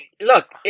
look